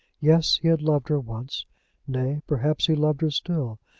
yes he had loved her once nay, perhaps he loved her still.